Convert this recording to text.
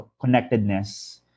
connectedness